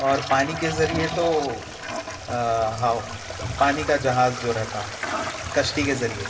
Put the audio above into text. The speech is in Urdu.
اور پانی کے ذریعے تو پانی کا جہاز جو رہتا کشتی کے ذریعے